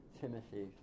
Timothy